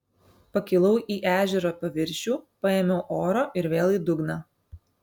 pakilau į ežero paviršių paėmiau oro ir vėl į dugną